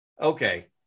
okay